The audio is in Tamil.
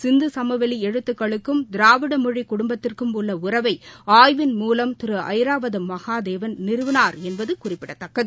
சிந்துசமவெளி எழுத்துக்களுக்கும் திராவிட மொழி குடும்பத்துக்கும் உள்ள உறவை ஆய்வின் மூலம் திரு ஐராவதம் மகாதேவன் நிறுவினார் என்பது குறிப்பிடத்தக்கது